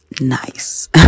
nice